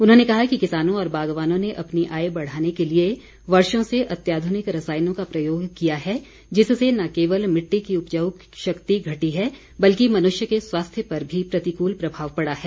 उन्होंने कहा कि किसानों और बागवानों ने अपनी आय बढ़ाने के लिए वर्षो से अत्यधिक रसायनों का प्रयोग किया है जिससे न केवल मिट्टी की उपजाऊ शक्ति घटी है बल्कि मनुष्य के स्वास्थ्य पर भी प्रतिकूल प्रभाव पड़ा है